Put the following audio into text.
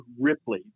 Ripley